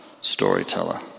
storyteller